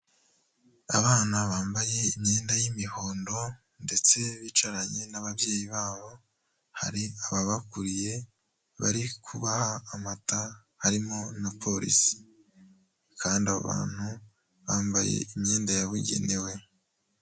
Abana bambaye imyenda y'imihondo ndetse bicaranye n'ababyeyi babo, hari ababakuriye bari kubaha amata harimo na Polisi kandi abo bantu bambaye imyenda yabugenewe.